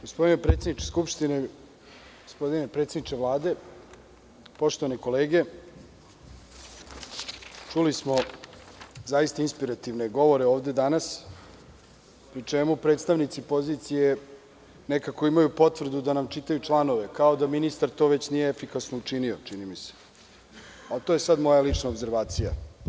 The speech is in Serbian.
Gospodine predsedniče Skupštine, gospodine predsedniče Vlade, poštovane kolege, čuli smo zaista inspirativne govore ovde danas, pri čemu predstavnici pozicije nekako imaju potrebu da nam čitaju članove kao da ministar to već nije efikasno učinio, čini mi se, ali to je sada moja lična opservacija.